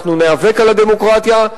אנחנו ניאבק על הדמוקרטיה,